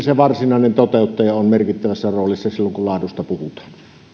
se varsinainen toteuttaja on merkittävässä roolissa silloin kun laadusta puhutaan